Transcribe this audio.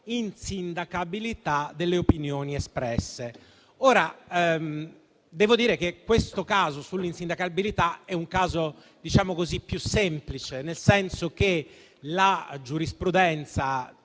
dell'insindacabilità delle opinioni espresse. Devo dire che questo dell'insindacabilità è un caso più semplice, nel senso che anche la giurisprudenza